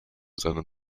seine